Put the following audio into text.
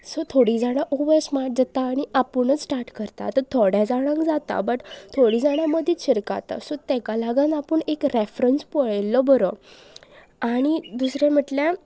so थोडीं जाणां over smart जाता आनी आपुणूच स्टार्ट करता आतां थोड्या जाणांक जाता बट थोडीं जाणां मदींच शिरकाता सो तेका लागन आपूण एक रेफरंस पळयल्लो बरो आनी दुसरें म्हटल्यार